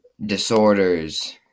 disorders